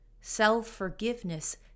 self-forgiveness